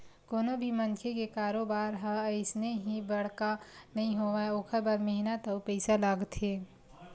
कोनो भी मनखे के कारोबार ह अइसने ही बड़का नइ होवय ओखर बर मेहनत अउ पइसा लागथे